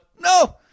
no